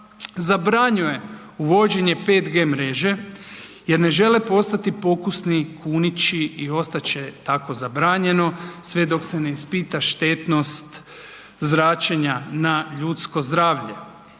zabranjuje uvođenje 5G mreže jer ne žele postati pokusni kunići i ostat će tako zabranjeno sve dok se ne ispita štetnost zračenja na ljudsko zdravlje.